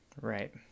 right